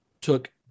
took